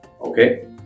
okay